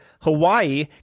Hawaii